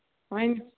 وۅنۍ